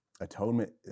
atonement